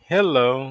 Hello